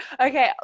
Okay